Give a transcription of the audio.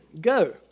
go